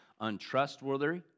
untrustworthy